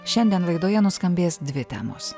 šiandien laidoje nuskambės dvi temos